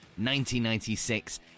1996